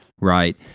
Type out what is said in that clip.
right